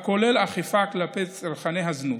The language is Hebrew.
הכולל אכיפה כלפי צרכני הזנות,